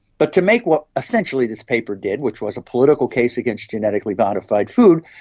but to make what essentially this paper did, which was a political case against genetically modified food,